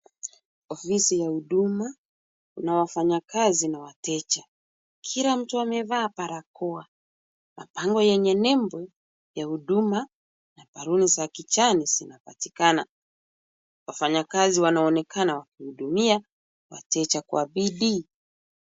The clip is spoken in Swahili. Ofisi ya HUDUMA inayofanya kazi na wateja. Kila mtu amevaa barakoa. Mabango yenye nembo ya HUDUMA na ballon za kijani zinapatikana. Wafanyakazi wanaonekana wakihudumia wateja kwa bidii.